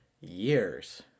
years